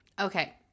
Okay